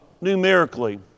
numerically